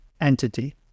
entity